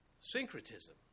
syncretism